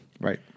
Right